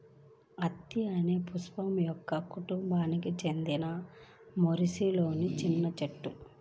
అత్తి అనేది పుష్పించే మొక్కల కుటుంబానికి చెందిన మోరేసిలోని చిన్న చెట్టు